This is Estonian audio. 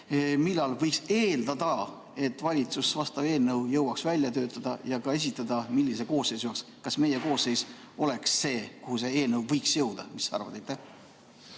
millal võiks eeldada, et valitsus vastava eelnõu jõuaks välja töötada ja ka esitada, millise koosseisu ajaks? Kas meie koosseis oleks see, kuhu see eelnõu võiks jõuda? Mis sa arvad?